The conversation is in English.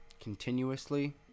continuously